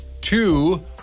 two